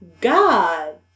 God